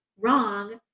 wrong